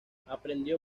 aprendió